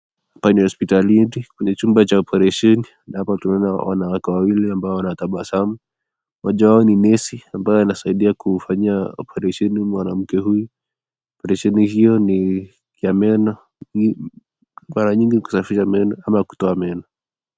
Hapa ni hospitalini kwenye chumba cha operesheni hapa tuanaona wanawake wawili ambao wanatabasamu mmoja wao ni nesi ambaye anasaidia kufanyia operesheni mwanamke huyu operesheni hiyo ni ya meno mara nyingi ni kusafisha meno ama kutoa meno.